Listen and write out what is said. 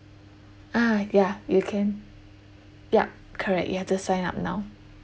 ah ya you can yup correct you have to sign up now